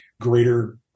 greater